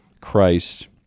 Christ